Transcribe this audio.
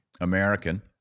American